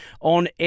on